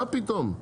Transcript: מה פתאום.